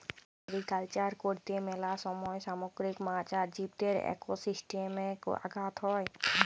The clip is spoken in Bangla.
মেরিকালচার করত্যে মেলা সময় সামুদ্রিক মাছ আর জীবদের একোসিস্টেমে আঘাত হ্যয়